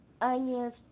onions